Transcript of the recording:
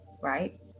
right